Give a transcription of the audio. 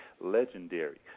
legendary